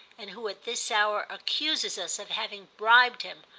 and who at this hour accuses us of having bribed him,